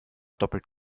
doppelt